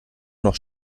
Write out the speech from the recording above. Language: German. noch